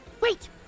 Wait